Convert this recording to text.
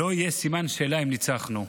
לא יהיה סימן שאלה אם ניצחנו.